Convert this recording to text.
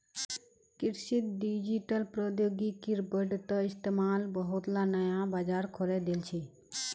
कृषित डिजिटल प्रौद्योगिकिर बढ़ त इस्तमाल बहुतला नया बाजार खोले दिल छेक